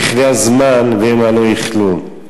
יכלה הזמן והמה לא יכלו: